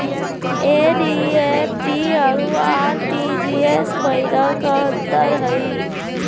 NEFT अरु RTGS महिना का अंतर हई?